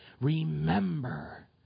Remember